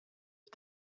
but